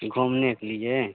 घूमने के लिए